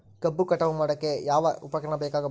ಕಬ್ಬು ಕಟಾವು ಮಾಡೋಕೆ ಯಾವ ಉಪಕರಣ ಬೇಕಾಗಬಹುದು?